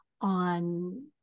on